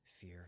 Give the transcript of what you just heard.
fear